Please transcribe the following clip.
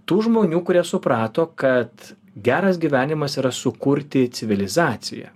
tų žmonių kurie suprato kad geras gyvenimas yra sukurti civilizaciją